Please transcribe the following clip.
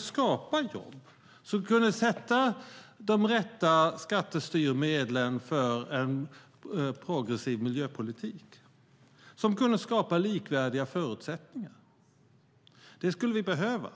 skapa jobb, sätta de rätta skattestyrmedlen för en progressiv miljöpolitik och skapa likvärdiga förutsättningar. Det skulle vi behöva.